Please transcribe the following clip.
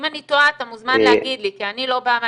אם אני טועה אתה מוזמן להגיד לי כי אני לא באה מהתחום,